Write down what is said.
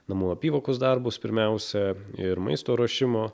namų apyvokos darbus pirmiausia ir maisto ruošimo